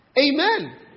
Amen